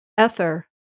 Ether